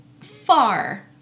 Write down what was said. far